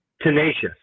tenacious